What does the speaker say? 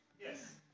Yes